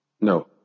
No